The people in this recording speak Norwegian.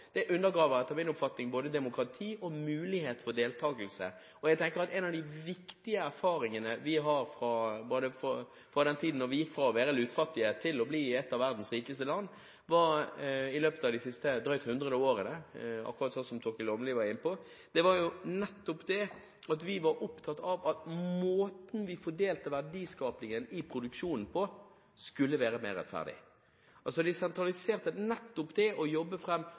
Det undergraver etter min oppfatning både demokrati og mulighet for deltakelse. Jeg tenker at en av de viktige erfaringene vi har fra den tiden da vi gikk fra å være lutfattige til å bli et av verdens rikeste land – i løpet av de siste 100 årene – slik Torkil Åmland var inne på, var nettopp at vi var opptatt av at måten vi fordelte verdiskapingen i produksjonen på, skulle være mer rettferdig. Nettopp det å jobbe